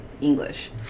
English